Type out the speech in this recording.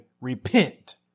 repent